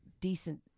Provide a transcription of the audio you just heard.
decent